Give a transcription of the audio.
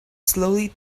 slowly